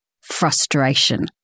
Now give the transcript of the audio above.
frustration